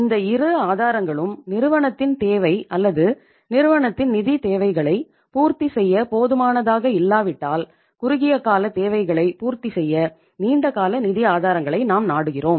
இந்த இரு ஆதாரங்களும் நிறுவனத்தின் தேவை அல்லது நிறுவனத்தின் நிதித் தேவைகளை பூர்த்தி செய்ய போதுமானதாக இல்லாவிட்டால் குறுகிய கால தேவைகளை பூர்த்தி செய்ய நீண்டகால நிதி ஆதாரங்களை நாம் நாடுகிறோம்